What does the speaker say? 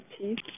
teeth